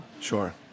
Sure